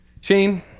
Shane